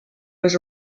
was